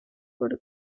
por